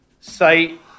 site